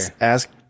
ask